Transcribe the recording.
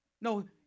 No